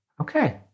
okay